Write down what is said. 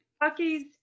bucky's